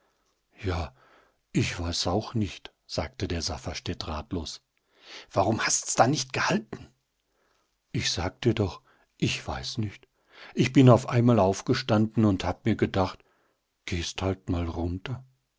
ja ich weiß auch nicht sagte der safferstätt ratlos warum hast's dann nicht gehalten ich sag dir doch ich weiß nicht ich bin auf einmal aufgestanden und hab mir gedacht gehst halt mal runter